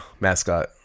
mascot